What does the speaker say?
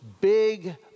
big